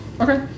Okay